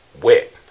wet